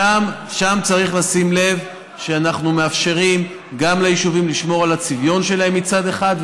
שם צריך לשים לב שאנחנו מאפשרים ליישובים לשמור על הצביון שלהם מצד אחד,